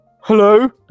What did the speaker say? Hello